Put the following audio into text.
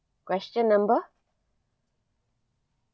question number